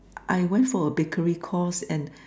I went for a bakery course and